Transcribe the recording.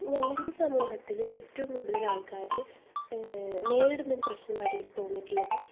ഞങ്ങളുടെ സമൂഹത്തിൽ ഏറ്റവും കൂടുതൽ ആൾക്കാർ നേരിടുന്ന ഒരു പ്രശ്നമായിട്ട് എനിക്ക് തോന്നിയിട്ടുള്ളത്